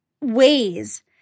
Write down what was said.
ways